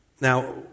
Now